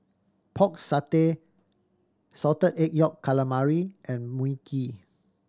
Pork Satay Salted Egg Yolk Calamari and Mui Kee